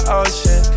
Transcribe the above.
ocean